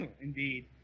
Indeed